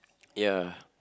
ya